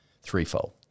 threefold